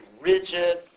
rigid